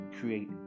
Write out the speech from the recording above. create